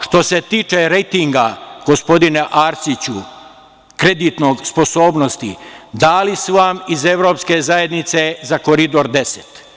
Što se tiče rejtinga, gospodine Arsiću, kreditne sposobnosti, dali su vam iz Evropske zajednice za Koridor 10.